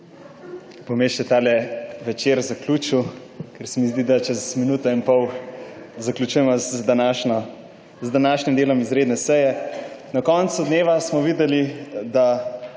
jaz še tale večer zaključil, ker se mi zdi, da čez minuto in pol zaključujemo z današnjim delom izredne seje. Na koncu dneva smo videli, da